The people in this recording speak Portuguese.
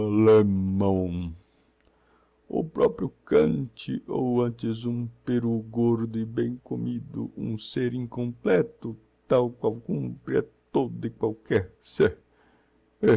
lemão o proprio kant ou antes um perú gordo e bem comido um ser incompleto tal qual cumpre a todo e qualquer